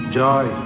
joy